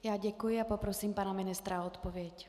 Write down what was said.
Já děkuji a poprosím pana ministra o odpověď.